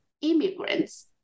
immigrants